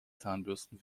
zahnbürsten